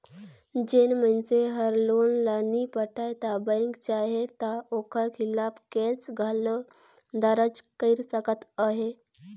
जेन मइनसे हर लोन ल नी पटाय ता बेंक चाहे ता ओकर खिलाफ केस घलो दरज कइर सकत अहे